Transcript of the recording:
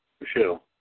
Michelle